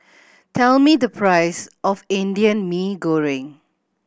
tell me the price of Indian Mee Goreng